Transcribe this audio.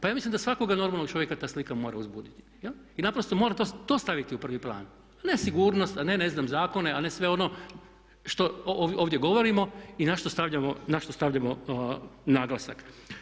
Pa ja mislim da svakoga normalnog čovjeka ta slika mora uzbuditi i naprosto mora to staviti u prvi plan, a ne sigurnost, a ne, ne znam zakone, a ne sve ono što ovdje govorimo i na što stavljamo naglasak.